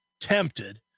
tempted